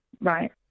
right